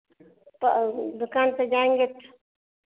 दुकान पे जाएँगे